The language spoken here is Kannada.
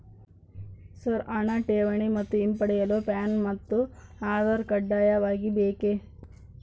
ಸರ್ ಹಣ ಠೇವಣಿ ಮತ್ತು ಹಿಂಪಡೆಯಲು ಪ್ಯಾನ್ ಮತ್ತು ಆಧಾರ್ ಕಡ್ಡಾಯವಾಗಿ ಬೇಕೆ?